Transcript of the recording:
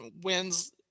wins